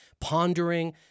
pondering